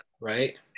right